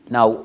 Now